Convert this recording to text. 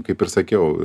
kaip ir sakiau